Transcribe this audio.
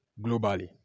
globally